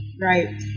right